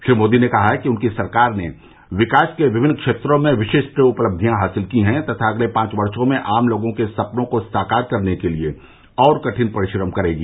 श्री मोदी ने कहा कि उनकी सरकार ने विकास के विभिन्न क्षेत्रों में विशिष्ट उपलब्धियां हासिल की हैं तथा अगले पांच वर्षो में आम लोगों के सपनों को साकार करने के लिये और कटिन परिश्रम करेगी